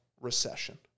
recession